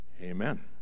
Amen